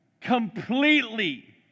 completely